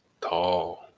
tall